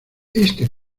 este